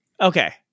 Okay